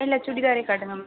இல்லை சுடிதாரே காட்டுங்கள்